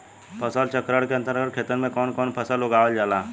फसल चक्रण के अंतर्गत खेतन में कवन कवन फसल उगावल जाला?